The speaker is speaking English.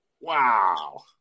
Wow